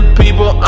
people